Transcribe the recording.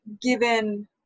Given